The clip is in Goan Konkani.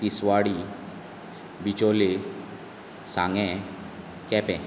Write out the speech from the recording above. तिसवाडी बिचोले सांगे केपे